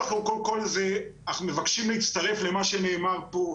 אנחנו מבקשים להצטרף למה שנאמר פה,